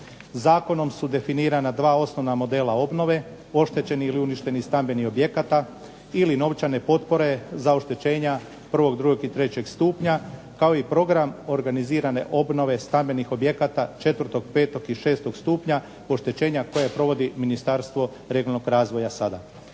Zakonom su definirana 2 osnovna modela obnove oštećeni ili uništeni stambeni objekata ili novčane potpore za oštećenja 1., 2. i 3. stupnja, kao i program organizirane obnove stambenih objekata 4, 5 i 6 stupanja oštećenja koje provodi Ministarstvo regionalnog razvoja sada.